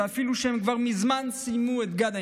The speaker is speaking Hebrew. ואפילו כשהם כבר מזמן סיימו את גן הילדים.